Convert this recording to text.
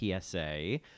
PSA